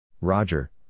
Roger